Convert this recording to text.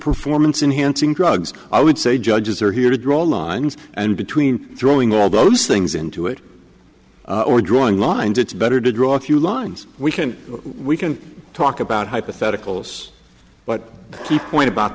performance enhancing drugs i would say judges are here to draw lines and between throwing all those things into it or drawing lines it's better to draw a few lines we can we can talk about hypotheticals but the point about